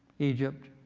egypt,